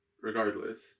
Regardless